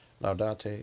Laudate